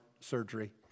surgery